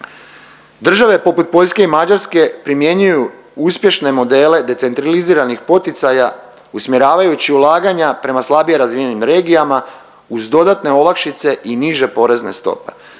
Države poput Poljske i Mađarske primjenjuju uspješne modele decentraliziranih poticaja usmjeravajući ulaganja prema slabije razvijenim regijama uz dodatne olakšice i niže porezne stope.